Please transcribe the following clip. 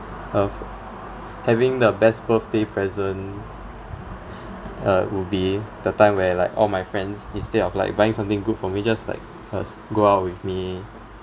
uh having the best birthday present uh would be the time where like all my friends instead of like buying something good for me just like uh go out with me